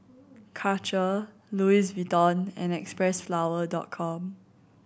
Karcher Louis Vuitton and Xpressflower Dot Com